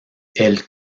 elle